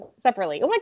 separately